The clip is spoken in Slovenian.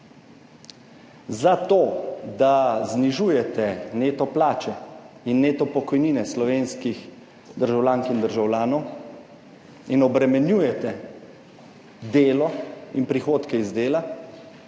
Za to, da znižujete neto plače in neto pokojnine slovenskih državljank in državljanov in obremenjujete delo in prihodke iz dela